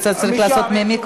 אתה צריך ממיקרופון.